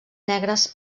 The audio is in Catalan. negres